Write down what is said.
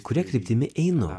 kuria kryptimi einu